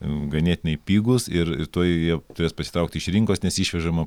ganėtinai pigūs ir tuoj jie turės pasitraukti iš rinkos nes išvežama